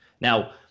now